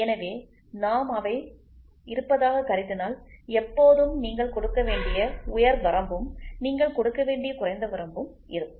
எனவே நாம் அவை இருப்பதாக கருதினால் எப்போதும் நீங்கள் கொடுக்க வேண்டிய உயர் வரம்பும் நீங்கள் கொடுக்க வேண்டிய குறைந்த வரம்பும் இருக்கும்